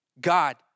god